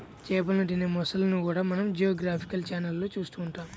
చేపలను తినే మొసళ్ళను కూడా మనం జియోగ్రాఫికల్ ఛానళ్లలో చూస్తూ ఉంటాం